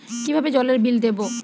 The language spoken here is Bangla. কিভাবে জলের বিল দেবো?